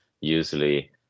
usually